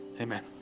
Amen